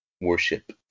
worship